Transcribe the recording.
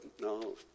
no